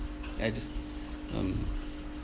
at um